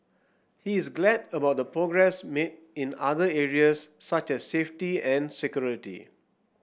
he is glad about the progress made in other areas such as safety and security